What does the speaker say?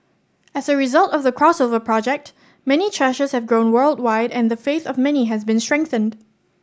as a result of the Crossover Project many churches have grown worldwide and the faith of many has been strengthened